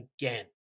again